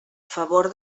favor